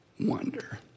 Wonder